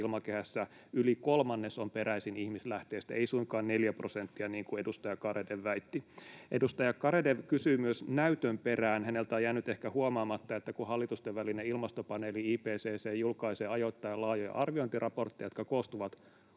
ilmakehässä yli kolmannes on peräisin ihmislähteistä, ei suinkaan neljä prosenttia, niin kuin edustaja Garedew väitti. Edustaja Garedew kysyi myös näytön perään. Häneltä on jäänyt ehkä huomaamatta, että kun hallitustenvälinen ilmastopaneeli IPCC julkaisee ajoittain laajoja arviointiraportteja, jotka koostuvat